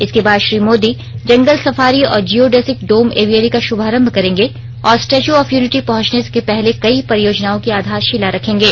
इसके बाद श्री मोदी जंगल सफारी और जियोडेसिक डोम एवियरी का शुभारंभ करेंगे और स्टेचू ऑफ यूनिटी पहुंचने के पहले कई परियोजनाओं की आधारशिला रखेंगे